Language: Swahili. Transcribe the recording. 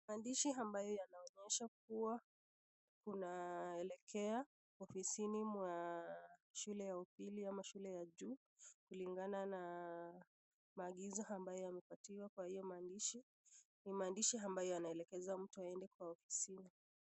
Maandishi ambayo yanaonyesha kua unaelekea ofisini mwa shule ya upili ama shule ya juu kulingana na maagizo ambayo yamepatiwa kwa hiyo maandishi. Ni maandishi ambayo yanaelekeza mtu aende kwa ofisini.